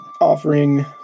offering